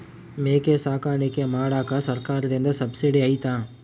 ಮೇಕೆ ಸಾಕಾಣಿಕೆ ಮಾಡಾಕ ಸರ್ಕಾರದಿಂದ ಸಬ್ಸಿಡಿ ಐತಾ?